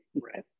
Right